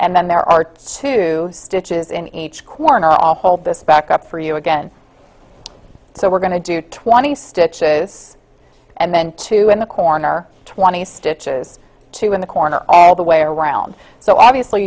and then there are two stitches in each corner i'll hold this back up for you again so we're going to do twenty stitches and then two in the corner twenty stitches two in the corner of the way around so obviously